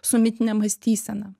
su mitine mąstysena